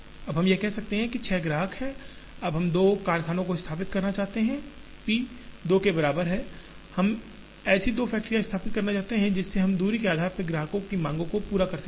अब हम कह सकते हैं कि यहाँ 6 ग्राहक हैं अब हम 2 कारखानों को स्थापित करना चाहते हैं पी 2 के बराबर हम ऐसी दो फैक्ट्रियां स्थापित करना चाहते हैं जिससे हम दूरी के आधार पर ग्राहकों की मांगों को पूरा कर सकें